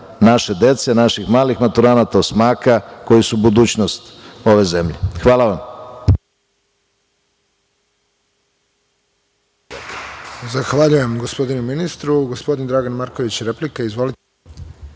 naše dece, naših malih maturanata osmaka, koji su budućnost ove zemlje. Hvala vam.